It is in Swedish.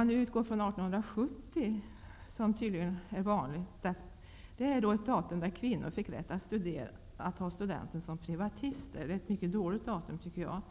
Man kan utgå från år 1870 då exempelvis kvinnor fick rätt till att ta studenten som privatister -- ett mycket dåligt datum tycker jag. År